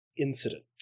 incident